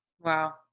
Wow